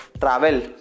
travel